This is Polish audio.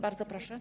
Bardzo proszę.